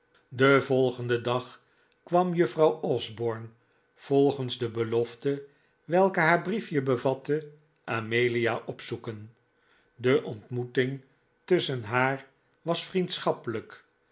den volgenden dag kwam juffrouw osborne volgens de belofte welke haar brief je bevatte amelia opzoeken de ontmoeting tusschen haar was